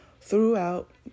throughout